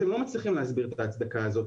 אתם לא מצליחים להסביר את ההצדקה הזאת.